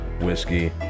whiskey